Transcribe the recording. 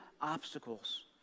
obstacles